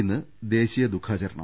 ഇന്ന് ദേശീയ ദുഖാചരണം